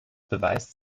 beweist